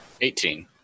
Eighteen